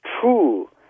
true